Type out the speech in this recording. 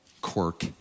quirk